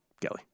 Kelly